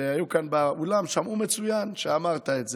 שהיו כאן באולם שמעו מצוין שאמרת את זה,